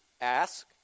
ask